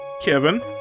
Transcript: Kevin